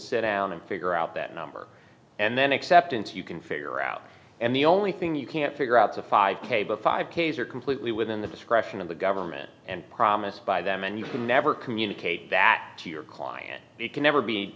sit down and figure out that number and then acceptance you can figure out and the only thing you can figure out the five k but five k s are completely within the discretion of the government and promised by them and you can never communicate that to your client it can never be